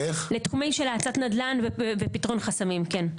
לתחומים של האצת נדל"ן ופתרון חסמים, כן.